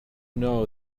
know